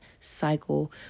cycle